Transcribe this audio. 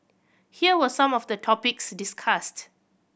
here were some of the topics discussed